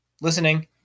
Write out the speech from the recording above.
Listening